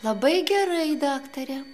labai gerai daktare